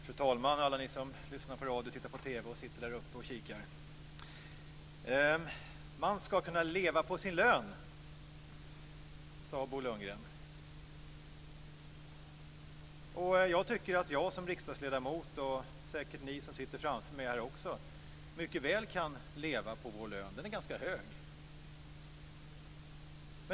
Fru talman och alla ni som lyssnar på radio, tittar på TV och sitter på läktaren och kikar! "Man ska kunna leva på sin lön! ", sade Bo Lundgren. Jag tycker att jag som riksdagsledamot, och säkert ni som sitter framför mig, mycket väl kan leva på vår lön. Den är ganska hög.